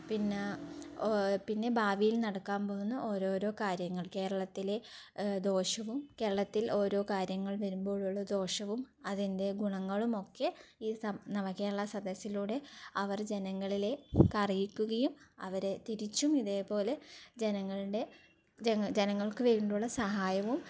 പിന്നെ പിന്നെ ഭാവിയിൽ നടക്കാൻ പോകുന്ന ഓരോരോ കാര്യങ്ങൾ കേരളത്തിലെ ദോഷവും കേരളത്തിൽ ഓരോ കാര്യങ്ങൾ വരുമ്പോഴുള്ള ദോഷവും അതിൻ്റെ ഗുണങ്ങളും ഒക്കെ ഈ സ നവ കേരളാ സദസ്സിലൂടെ അവർ ജനങ്ങളിലേക്കറിയിക്കുകയും അവരെ തിരിച്ചും ഇതുപോലെ ജനങ്ങളുടെ ജനങ്ങൾ ജനങ്ങൾക്ക് വേണ്ടിയുള്ള സഹായവും